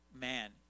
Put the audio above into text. man